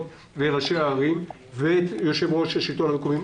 וראשי הערים ואת יושב-ראש מרכז השלטון המקומי.